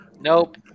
Nope